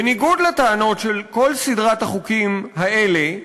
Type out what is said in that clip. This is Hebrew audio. בניגוד לטענות של כל סדרת החוקים האלה,